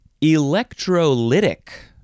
electrolytic